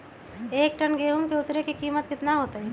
एक टन गेंहू के उतरे के कीमत कितना होतई?